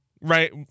right